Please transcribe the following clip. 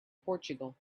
portugal